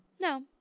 No